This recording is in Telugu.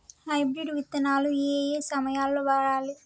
హైబ్రిడ్ విత్తనాలు ఏయే సమయాల్లో వాడాలి?